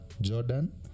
Jordan